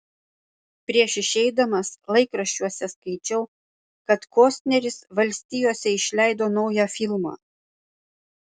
prieš išeidamas laikraščiuose skaičiau kad kostneris valstijose išleido naują filmą